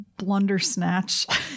Blundersnatch